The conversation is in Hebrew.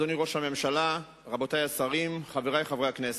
אדוני ראש הממשלה, רבותי השרים, חברי חברי הכנסת,